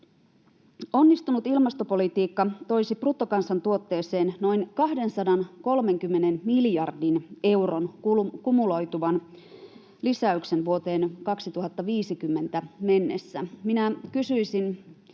Onnistunut ilmastopolitiikka toisi bruttokansantuotteeseen noin 230 miljardin euron kumuloituvan lisäyksen vuoteen 2050 mennessä. Minä kysyisin